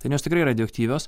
ten jos tikrai radioaktyvios